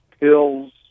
pills